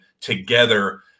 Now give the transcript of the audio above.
together